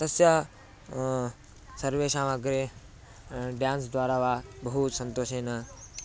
तस्य सर्वेषामग्रे डेन्स् द्वारा वा बहु सन्तोषेन